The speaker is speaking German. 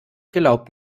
glaub